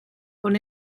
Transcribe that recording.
con